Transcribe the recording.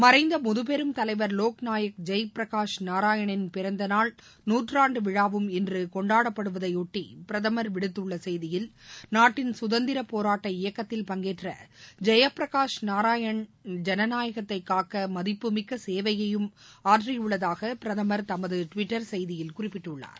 மறைந்த முதுபெரும் தலைவா் வோக்நாயக் ஜெயபிரகாஷ் நாராயணனின் பிறந்த நாள் நூற்றாண்டு விழாவும் இன்று கொண்டாடப்படுவதை ஒட்டி பிரதமர் வித்தள்ள செய்தியில் நாட்டின் சுதந்திர போராட்ட இயக்கத்தில் பங்கேற்ற ஜெயபிரகாஷ் நாராயணன் ஜனநாயகத்தை காக்க மதிட்டுமிக்க சேவையையும் அவர் ஆற்றியுள்ளதாக பிரதமா் தனது ட்விட்டர் செய்தியில் குறிப்பிட்டுள்ளார்